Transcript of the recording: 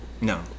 No